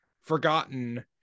forgotten